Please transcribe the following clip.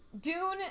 Dune